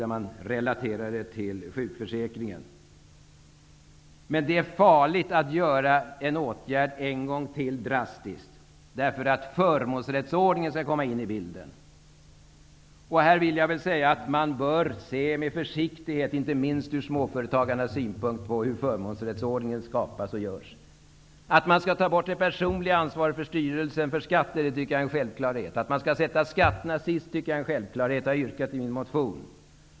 Förslaget går ut på att man skall relatera det här till sjukförsäkringen. Det är dock farligt att ännu en gång vidta en drastisk åtgärd för att förmånsrättsordningen skall komma in i bilden. Man bör se med försiktighet och inte minst ur småföretagarna synpunkt på hur förmånsrättsordningen skall utformas. Jag tycker att det är en självklarhet att man skall ta bort styrelsens personliga ansvar för skatter. Att man skall sätta skatterna sist tycker jag är en självklarhet, och det har jag yrkat på i min motion.